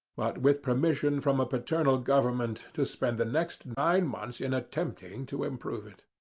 but with permission from a paternal government to spend the next nine months in attempting to improve it.